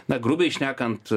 na grubiai šnekant